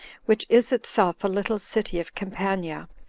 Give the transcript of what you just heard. which is itself a little city of campania,